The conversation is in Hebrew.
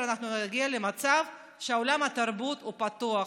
אנחנו נגיע למצב שעולם התרבות פתוח.